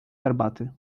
herbaty